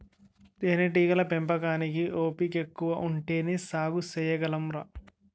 తేనేటీగల పెంపకానికి ఓపికెక్కువ ఉంటేనే సాగు సెయ్యగలంరా